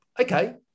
okay